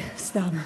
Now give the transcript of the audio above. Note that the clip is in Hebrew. סתם.